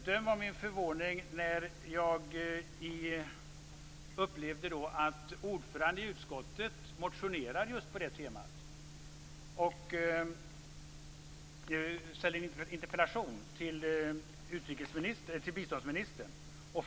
Döm om min förvåning när jag upplevde att ordföranden i utskottet motionerade just på det temat och framställde en interpellation till biståndsministern.